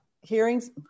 Hearings